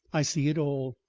i see it all.